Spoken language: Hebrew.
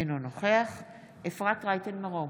אינו נוכח אפרת רייטן מרום,